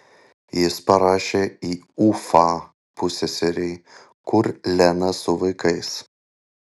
jis parašė į ufą pusseserei kur lena su vaikais